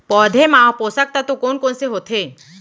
पौधे मा पोसक तत्व कोन कोन से होथे?